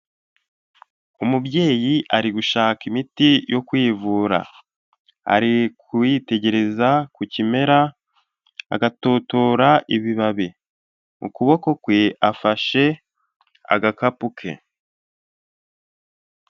Umubyeyi ari gushaka imiti yo kwivura. Ari kuyitegereza ku kimera, agatotora ibibabi. Mu kuboko kwe afashe agakapu ke.